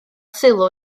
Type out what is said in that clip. sylw